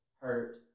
hurt